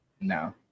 No